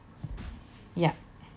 yeah